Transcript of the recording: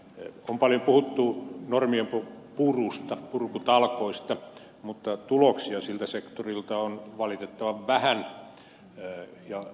on paljon puhuttu normien purusta purkutalkoista mutta tuloksia siltä sektorilta on valitettavan vähän